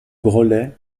grollet